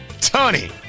Tony